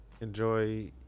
Enjoy